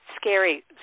scary